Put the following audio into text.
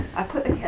i put the